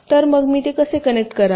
तर मग मी कसे कनेक्ट करावे